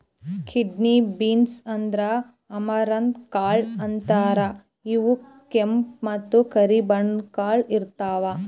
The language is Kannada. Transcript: ಕಿಡ್ನಿ ಬೀನ್ಸ್ ಅಂದ್ರ ಅಮರಂತ್ ಕಾಳ್ ಅಂತಾರ್ ಇವ್ ಕೆಂಪ್ ಮತ್ತ್ ಕರಿ ಬಣ್ಣದ್ ಕಾಳ್ ಇರ್ತವ್